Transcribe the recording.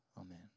Amen